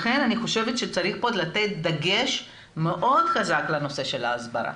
לכן אני חושבת שצריך פה לתת דגש מאוד חזק לנושא של ההסברה